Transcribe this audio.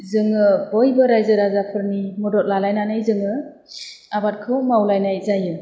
जोङो बयबो रायजो राजाफोरनि मदद लालायनानै जोङो आबादखौ मावलायनाय जायो